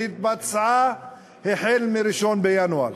שהתבצעה החל ב-1 בינואר.